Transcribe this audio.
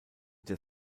der